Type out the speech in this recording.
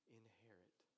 inherit